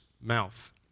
mouth